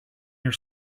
your